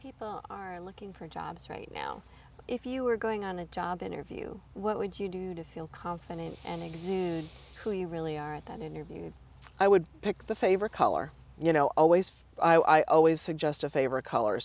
people are looking for jobs right now if you were going on a job interview what would you do to feel confident and who you really are at that interview i would pick the favorite color you know always i always suggest a favorite color